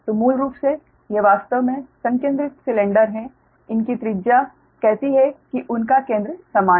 तो मूल रूप से ये वास्तव में संकेंद्रित सिलेंडर हैं उनकी त्रिज्या कहती है कि उनका केंद्र समान है